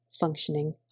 functioning